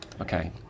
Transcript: Okay